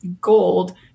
gold